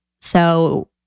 So-